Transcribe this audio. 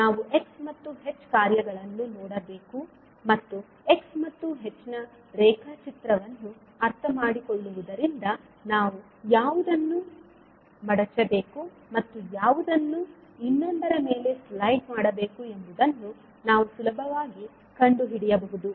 ಆದ್ದರಿಂದ ನಾವು x ಮತ್ತು h ಕಾರ್ಯಗಳನ್ನು ನೋಡಬೇಕು ಮತ್ತು x ಮತ್ತು h ನ ರೇಖಾಚಿತ್ರವನ್ನು ಅರ್ಥಮಾಡಿಕೊಳ್ಳುವುದರಿಂದ ನಾವು ಯಾವುದನ್ನು ಮಡಚಬೇಕು ಮತ್ತು ಯಾವುದನ್ನು ಇನ್ನೊಂದರ ಮೇಲೆ ಸ್ಲೈಡ್ ಮಾಡಬೇಕು ಎಂಬುದನ್ನು ನಾವು ಸುಲಭವಾಗಿ ಕಂಡುಹಿಡಿಯಬಹುದು